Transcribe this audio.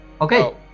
Okay